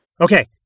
Okay